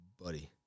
buddy